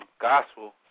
gospel